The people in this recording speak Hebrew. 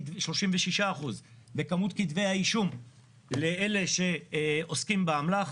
36% בכמות כתבי האישום לאלה שעוסקים באמל"ח.